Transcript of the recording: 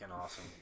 awesome